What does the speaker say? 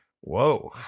whoa